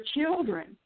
children